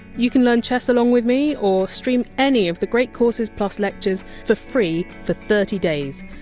you can learn chess along with me, or stream any of the great courses plus lectures, for free, for thirty days.